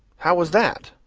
how is that?